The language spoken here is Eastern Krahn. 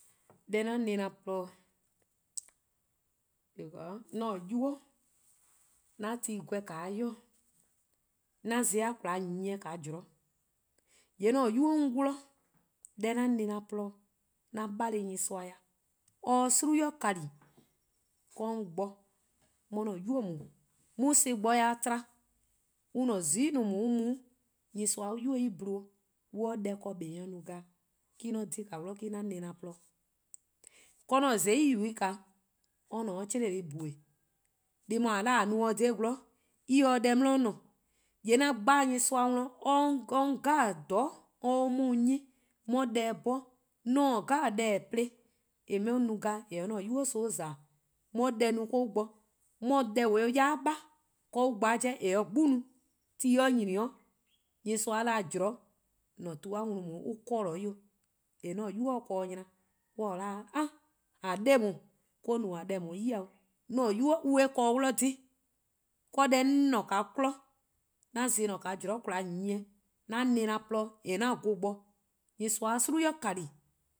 Deh 'an na-dih-a :porluh-dih, because 'an :nynuu: 'oh! 'An ti-a gweh 'o dih, 'an zon+-a :kwlaa nyieh zean'. :yee' ;an 'nynuu: 'on 'wluh-a, deh 'an na-dih-a :porluh-dih, 'an bale nyorsoa dih or 'ye :gwie: 'i kan-ni: 'do 'on bo 'an 'nynuu: :daa 'on 'ye-uh son+ gbor-dih tba an-a zuku+'-' :daa an mu-a nyorsoa 'ye-uh 'yuba 'i :dle on 'ye deh ken kpa nyor+ no :glaa'e', me-: :mor 'on :dhe-dih me-: 'an na-dih :porluh dih.'An-a' :zai' yu or :dhe-dih :naa or :ne 'de chlee-deh+ :bhue' :naa. Deh+ :a 'da :a no-a dha gwlor en se deh 'di :ne. :yee' 'an dhele nyorsoa dih or 'ye 'on :dhororn' 'jeh or 'ye 'o 'nyi 'on 'ye deh-dih 'bhorn. :mor 'on taa deh 'jeh plo :eh 'ye-eh no :glaa'e' 'on 'ye 'an 'nynuu: son-' :za-dih, 'on 'ye deh no 'do on bo, 'on 'ye deh :yu-beh yai' 'ba 'do on bo eh 'ye :gbu no, :mor ti nyni 'o :mor nyorsoa' 'da :an-a' tu-a wlon :daa or cut off 'o, :eh 'an nynuu' 'ye-a ken-dih :nyna, on 'ye 'o 'ah! :a 'de :daa or-: no-a deh :daa 'yi-dih 'o, 'an-a' 'nynuu: on 'ye 'o eh ken-dih :dh. Deh 'on :ne-dih-a 'kmo, 'an zon+ :ne-a zean' :kwlaa nyieh, 'an na-dih-a :porlor-dih, 'an vorn-a bo, nyorsoa 'ye-a :gweh 'i kani, or 'ye 'on